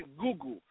Google